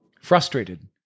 Frustrated